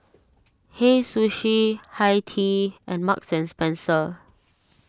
Hei Sushi Hi Tea and Marks and Spencer